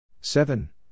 Seven